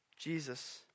Jesus